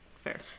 Fair